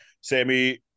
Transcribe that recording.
Sammy